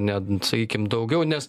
ne sakykim daugiau nes